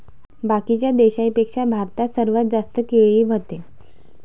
बाकीच्या देशाइंपेक्षा भारतात सर्वात जास्त केळी व्हते